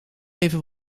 even